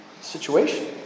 situation